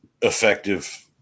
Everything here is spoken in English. effective